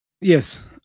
Yes